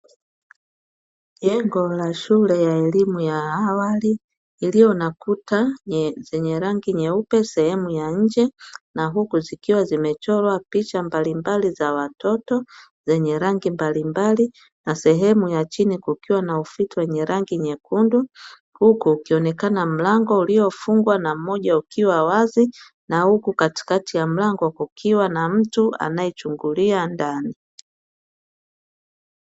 Jengo la shule ya elimu ya awali iliyo na kuta zenye rangi nyeupe sehemu ya nje na huku zikiwa zimechorwa picha mbalimbali za watoto, zenye rangi mbalimbali na sehemu ya chini kukiwa na ufuto wenye rangi nyekundu. Huko ukionekana mlango uliofungwa na mmoja ukiwa wazi na huku katikati ya mlango kukiwa na mtu anayechungulia ndani.